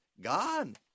Gone